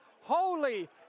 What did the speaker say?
holy